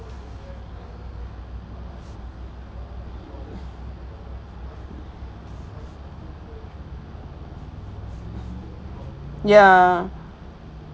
ya